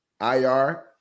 IR